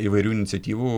įvairių iniciatyvų